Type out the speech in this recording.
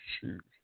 shoot